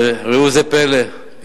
וראו זה פלא,